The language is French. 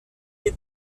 l’ai